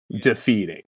defeating